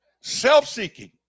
Self-seeking